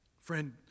Friend